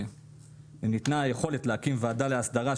ניתנה יכולת להקים ועדה להסדרה,